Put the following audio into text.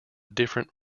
different